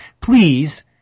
please